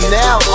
now